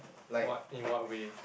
what in what way